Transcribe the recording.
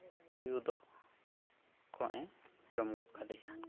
ᱛᱩᱭᱩ ᱫᱚ ᱠᱚᱜᱼᱮ ᱡᱚᱢ ᱜᱚᱫ ᱠᱟᱫᱮᱭᱟ